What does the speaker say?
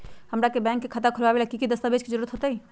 हमरा के बैंक में खाता खोलबाबे ला की की दस्तावेज के जरूरत होतई?